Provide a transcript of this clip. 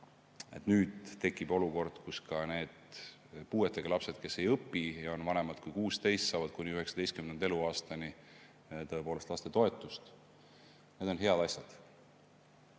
et nüüd tekib olukord, kus ka need puuetega lapsed, kes ei õpi ja on vanemad kui 16, saavad kuni 19. eluaastani lapsetoetust. Need on head asjad.